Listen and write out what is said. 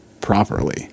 properly